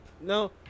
no